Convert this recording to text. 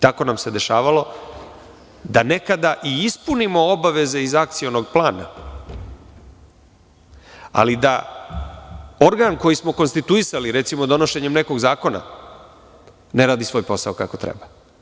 Tako nam se dešavalo da nekada i ispunimo obaveze iz akcionog plana, ali da organ koji smo konstituisali recimo donošenjem nekog zakona ne radi svoj posao kako treba.